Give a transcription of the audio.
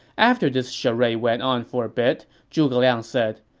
after this charade went on for a bit, zhuge liang said,